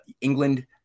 England